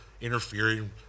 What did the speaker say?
interfering